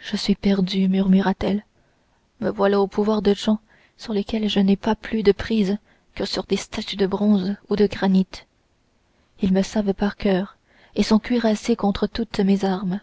je suis perdue murmura-t-elle me voilà au pouvoir de gens sur lesquels je n'aurai pas plus de prise que sur des statues de bronze ou de granit ils me savent par coeur et sont cuirassés contre toutes mes armes